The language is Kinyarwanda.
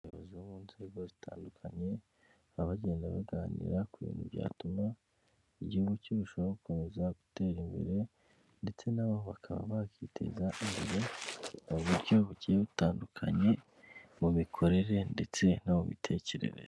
Abayobozi bo mu nzego zitandukanye baba bagenda baganira ku bintu byatuma igihugu kirushaho gukomeza gutera imbere ndetse na bo bakaba bakiteza imbere, mu buryo bugiye butandukanye, mu mikorere ndetse no mu mitekerereze.